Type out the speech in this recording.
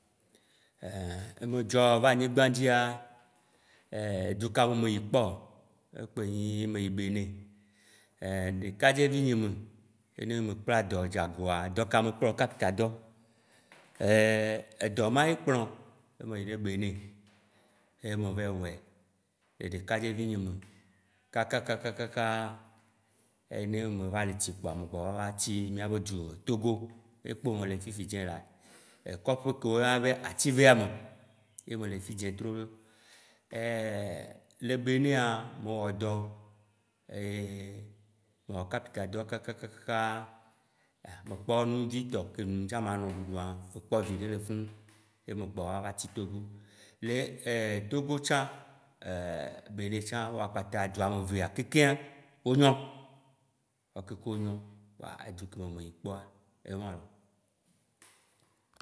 e Medzɔ va anyigba dzia, dzu ka me me yi kpɔ? Ye kpoe nyi be me yi me Benin. Ein ɖekadzevi nye me yi ne me kpla dɔ dzagoa, dɔ ka me kplao kapinta dɔ. Edɔ ma ye kplɔm ye me yi ɖe Benin ye me vayi wɔe le ɖekadzevi nye me kakakakakakaa eyi ne me va le tsi kpoa, me gbɔ va tsi mìabe dzu Togo, yekpo me le fifidzī le. Koƒe kowo yɔna be ativea me, ye mele fifidzĩ trolo, le benin aa, me wɔ dɔ, me wɔ kapintadɔ kakakakaa me kpɔ nu vitɔ ke nu ŋtsã manɔ me kpɔ vi ɖe le funu ye megbɔva va tsi Togo. Le Togo tsã, benin tsã woa kpata dzua mevea kekeŋa wo nyo, woa kekeŋ wonyo. Kpoa edzu ke wo me meyi kpoa, ye wã loo